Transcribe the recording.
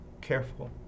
careful